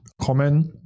comment